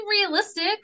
realistic